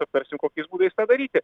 aptarsime kokiais būdais tą daryti